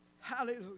hallelujah